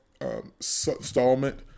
installment